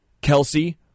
Kelsey